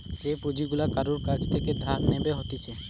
যে পুঁজি গুলা কারুর কাছ থেকে ধার নেব হতিছে